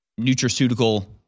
nutraceutical